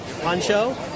Pancho